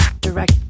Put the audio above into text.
direct